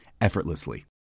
effortlessly